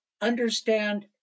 understand